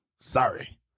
Sorry